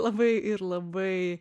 labai ir labai